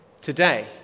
today